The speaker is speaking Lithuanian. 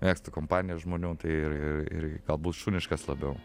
mėgstu kompaniją žmonių ir ir ir galbūt šuniškas labiau